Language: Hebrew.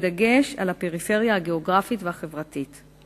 בדגש על הפריפריה הגיאוגרפית והחברתית.